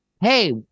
hey